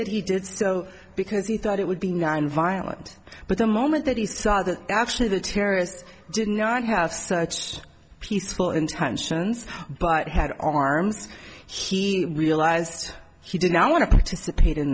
that he did so because he thought it would be nonviolent but the moment that he saw that actually the terrorists did not have such peaceful intentions but had arms he realized he did now want to participate in